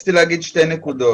רציתי להגיד שתי נקודות.